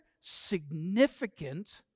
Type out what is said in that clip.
significant